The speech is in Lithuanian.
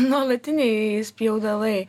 nuolatiniai spjaudalai